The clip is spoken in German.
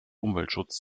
umweltschutz